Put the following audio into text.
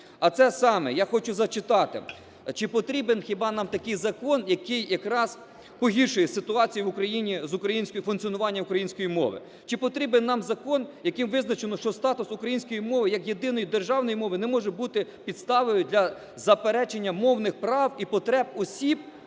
А це саме, я хочу зачитати, чи потрібен хіба нам такий закон, який якраз погіршує ситуацію в Україні з функціонуванням української мови? Чи потрібен нам закон, яким визначено, що статус української мови як єдиної державної мови не може бути підставою для заперечення мовних прав і потреб осіб,